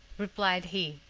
replied he,